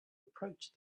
approached